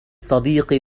صديقي